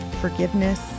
forgiveness